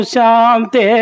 Shanti